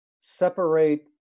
separate